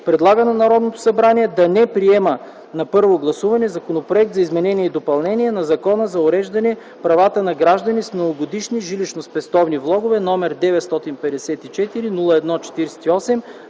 предлага на Народното събрание да не приеме на първо гласуване Законопроект за изменение и допълнение на Закона за уреждане правата на граждани с многогодишни жилищно-спестовни влогове, № 954-01-48,